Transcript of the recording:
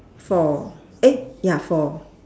four eh ya four